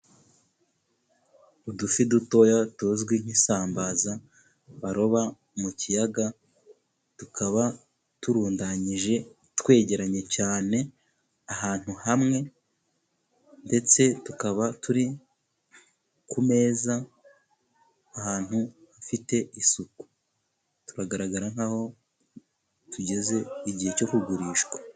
Udufi dutoya tuzwi nk'isambaza baroba mu kiyaga, tukaba turundanyije, twegeranye cyane, ahantu hamwe, ndetse tukaba turi ku meza, ahantu hafite isuku, turagaragara nk'aho tugeze igihe cyo kugurishwa.